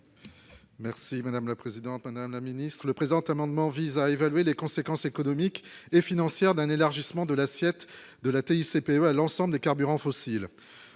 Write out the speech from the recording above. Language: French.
Merci madame la présidente, un un un Ministre le présent amendement vise à évaluer les conséquences économiques et financières d'un élargissement de l'assiette de la TICPE à l'ensemble des carburants fossiles